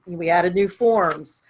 we added new forms,